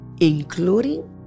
including